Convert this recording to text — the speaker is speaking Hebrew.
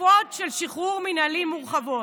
תקופות של שחרור מינהלי מורחבות,